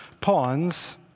pawns